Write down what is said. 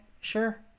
sure